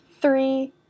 Three